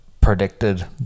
predicted